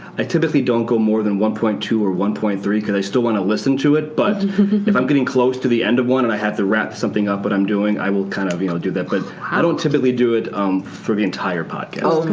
i typically don't go more than one point two or one point three because i still want to listen to it. but, if i'm getting close to the end of one and i have to wrap something up, what but i'm doing, i will kind of you know do that. but i don't typically do it um for the entire podcast.